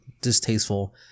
distasteful